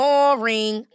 Boring